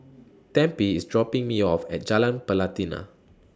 Tempie IS dropping Me off At Jalan Pelatina